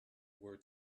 were